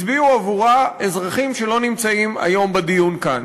הצביעו עבורה אזרחים שלא נמצאים היום בדיון כאן.